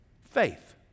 Faith